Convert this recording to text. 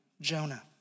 Jonah